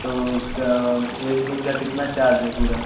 तो क्या एक दिन का कितना चार्ज है पूरा